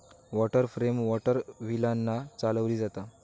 water frame water व्हीलांन चालवली जाता